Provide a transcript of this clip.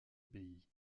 pays